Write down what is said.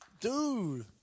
Dude